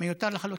מיותר לחלוטין.